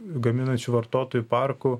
gaminančių vartotojų parkų